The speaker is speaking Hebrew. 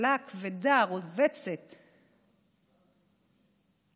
והכלכלה הכבדה שרובצת עליהן,